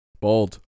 Bold